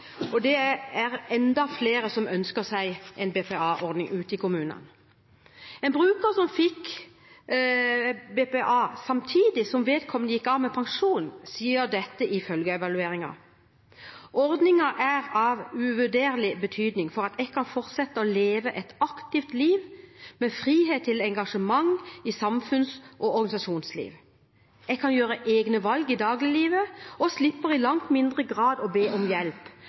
og det er enda flere som ønsker seg en BPA-ordning ute i kommunene. En bruker som fikk BPA samtidig som vedkommende gikk av med pensjon, sier ifølge evalueringen at «ordningen er av uvurderlig betydning for at jeg kan fortsette å leve et aktivt liv med frihet til engasjement i samfunns? og organisasjonsliv. Jeg kan gjøre egne valg i dagliglivet, og slipper i langt mindre grad å be om hjelp,